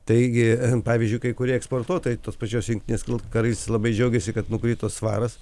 taigi pavyzdžiui kai kurie eksportuotojai tos pačios jungtinės karalystės labai džiaugiasi kad nukrito svaras